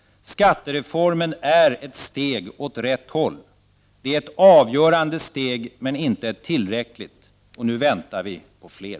Skattereformen är ett steg åt rätt håll. Det är ett avgörande steg. Men det är inte tillräckligt. Nu väntar vi på fler.